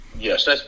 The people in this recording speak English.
Yes